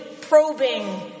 probing